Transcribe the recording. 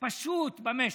פשוט במשק.